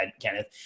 Kenneth